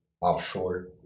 offshore